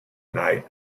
night